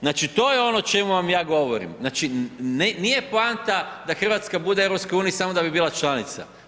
Znači to je ono o čemu vam ja govorim, nije poanta da Hrvatska bude u EU samo da bi bila članica.